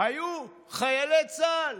היו חיילי צה"ל.